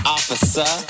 Officer